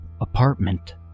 apartment